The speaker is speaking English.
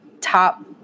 top